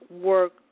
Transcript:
work